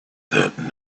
that